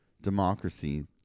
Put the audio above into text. democracy